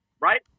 right